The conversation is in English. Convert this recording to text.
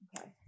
Okay